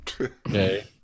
Okay